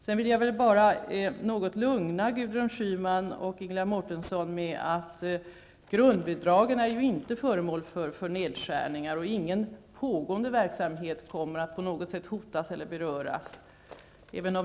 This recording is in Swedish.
Sedan vill jag bara något lugna Gudrun Schyman och Ingela Mårtensson med att grundbidragen inte är föremål för nedskärningar, och ingen pågående verksamhet kommer att på något sätt hotas eller beröras.